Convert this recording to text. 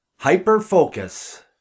Hyperfocus